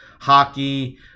Hockey